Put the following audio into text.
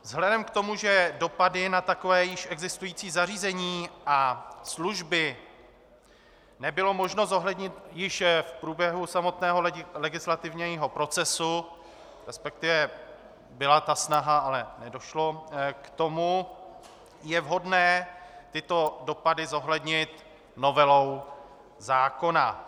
Vzhledem k tomu, že dopady na takové již existující zařízení a služby nebylo možno zohlednit již v průběhu samotného legislativního procesu, respektive byla ta snaha, ale nedošlo k tomu, je vhodné tyto dopady zohlednit novelou zákona.